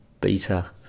beta